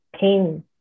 pain